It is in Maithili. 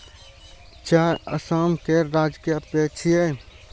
चाय असम केर राजकीय पेय छियै